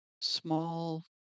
small